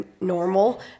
normal